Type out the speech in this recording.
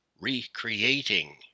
recreating